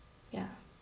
ya